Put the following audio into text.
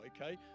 okay